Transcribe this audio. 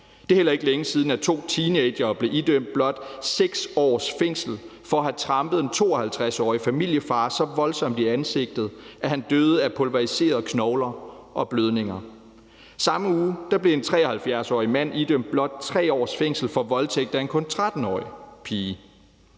Det er heller ikke længe siden, to teenagere blev idømt blot 6 års fængsel for at have trampet en 52-årig familiefar så voldsomt i ansigtet, at han døde af pulveriserede knogler og blødninger. Samme uge blev en 73-årig mand idømt blot 3 års fængsel for voldtægt af en kun 13-årig pige.